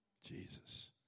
Jesus